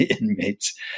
inmates